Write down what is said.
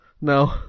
No